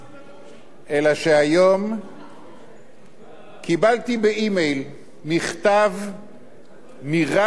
אלא שהיום קיבלתי באימייל מכתב מרב בישראל,